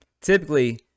Typically